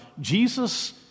Jesus